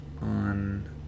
on